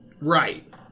right